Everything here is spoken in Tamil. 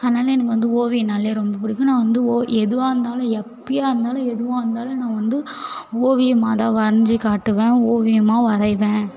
அதனால் எனக்கு வந்து ஓவியம்னாலே ரொம்ப பிடிக்கும் நான் வந்து ஓவி எதுவாக இருந்தாலும் எப்படியா இருந்தாலும் எதுவாக இருந்தாலும் நான் வந்து ஓவியமாக தான் வரைஞ்சு காட்டுவேன் ஓவியமாக வரைவேன்